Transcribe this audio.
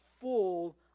full